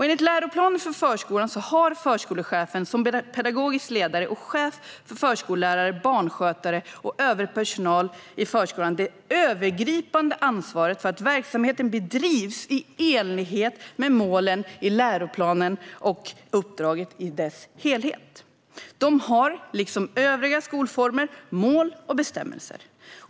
Enligt läroplanen för förskolan har förskolechefen som pedagogisk ledare och chef för förskollärare, barnskötare och övrig personal i förskolan det övergripande ansvaret för att verksamheten bedrivs i enlighet med målen i läroplanen och uppdraget i dess helhet. Förskolan har, liksom övriga skolformer, mål och bestämmelser.